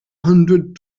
hundred